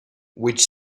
which